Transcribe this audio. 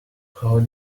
how